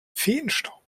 feenstaub